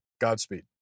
Godspeed